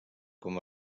com